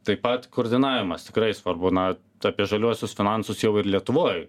taip pat koordinavimas tikrai svarbu na apie žaliuosius finansus jau ir lietuvoj